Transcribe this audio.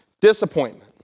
disappointment